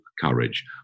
courage